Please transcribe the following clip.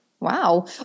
Wow